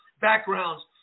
backgrounds